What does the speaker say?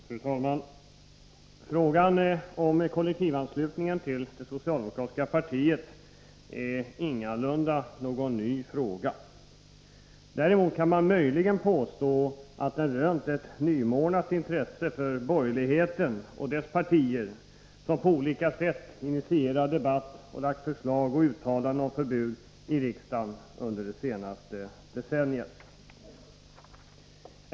Fru talman! Frågan om kollektivanslutningen till det socialdemokratiska partiet är ingalunda ny. Däremot kan man möjligen påstå att den rönt ett nymornat intresse för borgerligheten och dess partier, som på olika sätt initierat debatt, lagt fram förslag och gjort uttalanden om förbud i riksdagen under det senaste decenniet.